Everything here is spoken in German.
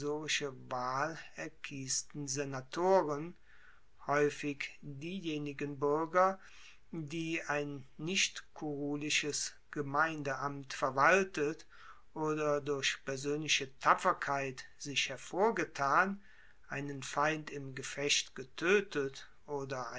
senatoren haeufig diejenigen buerger die ein nicht kurulisches gemeindeamt verwaltet oder durch persoenliche tapferkeit sich hervorgetan einen feind im gefecht getoetet oder